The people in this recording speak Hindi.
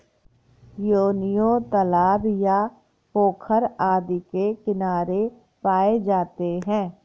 योनियों तालाब या पोखर आदि के किनारे पाए जाते हैं